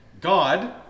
God